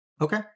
Okay